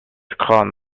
kahn